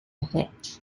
hitch